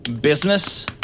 business